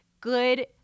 good